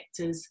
vectors